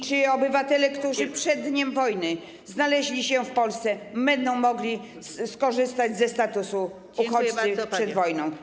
Czy obywatele, którzy przed dniem rozpoczęcia wojny znaleźli się w Polsce, będą mogli skorzystać ze statusu uchodźcy przed wojną?